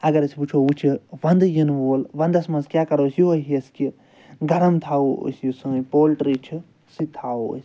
اگر أسۍ وٕچھو وۄنۍ چھُ وَندٕ یِنہٕ وول وَندَس مَنٛز کیاہ کرو أسۍ یُہوٚے ہٮ۪س کہِ گرم تھاوو أسۍ یُس یہِ سٲنۍ پولٹری چھِ سُہ تہِ تھاوو أسۍ